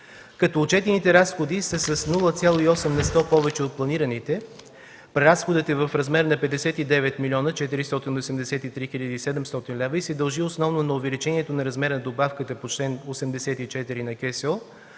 като отчетените разходи са с 0,8 на сто повече от планираните, преразходът е в размер на 59 млн. 483 хил. 700 лв. и се дължи основно на увеличението на размера на добавката по чл. 84 на КСО